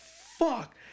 fuck